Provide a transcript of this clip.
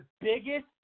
biggest